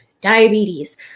Diabetes